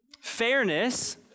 Fairness